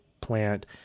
plant